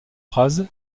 phrase